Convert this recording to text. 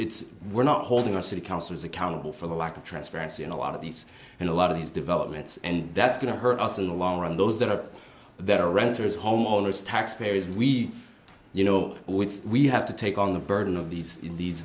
it's we're not holding our city councils accountable for the lack of transparency in a lot of these and a lot of these developments and that's going to hurt us in the long run those that are that are renters homeowners taxpayers we you know we have to take on the burden of these in these